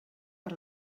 per